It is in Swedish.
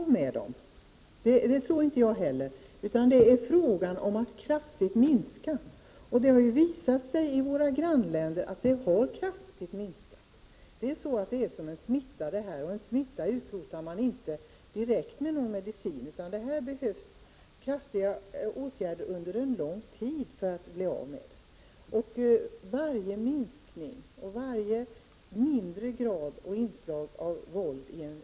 Herr talman! Jag tror inte att vi kan bli av med dessa filmer och videogram. Vad det är fråga om är att utbudet kraftigt måste minskas. I våra grannländer har detta visat sig vara möjligt. Det här är ju som en smitta, och en smitta utrotar man inte direkt med någon medicin. Här behövs det i stället kraftfulla åtgärder under en lång tid för att vi skall kunna bli av med dessa saker, Varje minskning av utbudet och varje minskning av våldet i filmerna är någonting positivt.